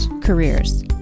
careers